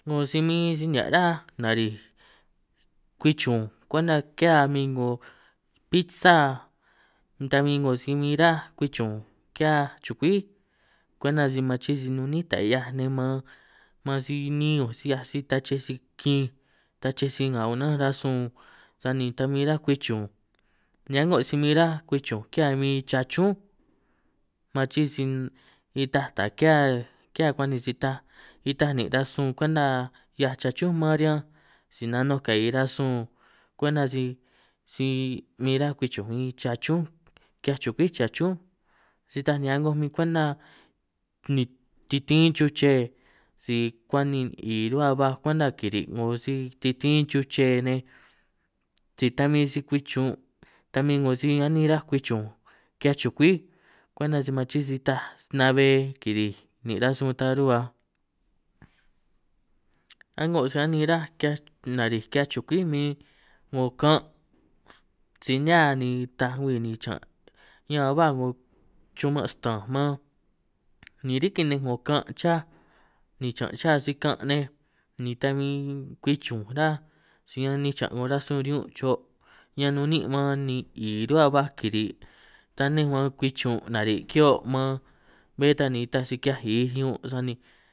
'Ngo si min nihia' ráj narij kwi chunj kwenta ki'hia min 'ngo pixa, ta huin 'ngo si huin ráj kwin chunj kia chukwí, kwenta si man chií si nun niín taj 'hiaj nej man si niin ñunj si 'hiaj sij tache sij kinj tache sij nga unánj rasun sani ta huin ráj kwi chunj, hia'ngo si huin ráj kwi chunj ki'hia huin chachúnj, man chií si ita taj ki'hiá ki'hiá kuan' nin si taj itaj nin' rasun kwenta ki'hia chachúnj man riñanj, si nanunj ka'i rasun kwenta si si huin ráj kwi chunj huin chachúnj ki'hiaj chukwí chachúnj, si itaj ni huin a'ngo huin kwenta titín chuche si kuan' ni 'i ruhua ba kwenta kiri' 'ngo sa titín chuche nej, si ta huin si kwin chun' ta min 'ngo si anin ruhuaj kwi chunj ki'hiaj chukwi kwenta si man chii si taj na'hue kiri'ij nin' rasun ta ru'huaj, a'ngo sa anin ráj ki'hiaj nari'ij ki'hiaj chukwí min 'ngo kan' si nihia ni taaj ngwii nin' chiñan' ñan ba 'ngo chuman' sta'anj man, ni riki nej 'ngo kan' chá ni chiñan' cha si-kan' nej ni ta kwi chunj ráj, si hia ninj chiñan' 'ngo rasun riñun' cho' ñan nun niín man, ni 'i ruhua baj kiri' tanej maan kwi chun' nari' kio' man, bé tan ni taj si ki'hiaj 'i riñun'sani.